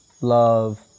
love